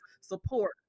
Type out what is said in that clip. support